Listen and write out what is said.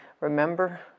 Remember